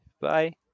Bye